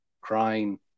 crying